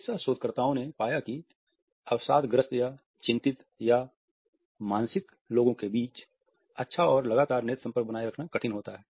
चिकित्सा शोधकर्ताओं ने पाया है कि अवसाद ग्रस्त या चिंतित या मानसिक लोगों के बीच अच्छा और लगातार नेत्र संपर्क बनाए रखना कठिन होता है